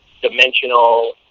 dimensional